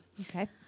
Okay